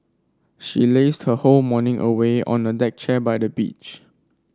she lazed her whole morning away on a deck chair by the beach